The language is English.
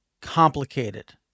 complicated